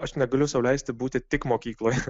aš negaliu sau leisti būti tik mokykloje